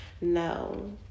No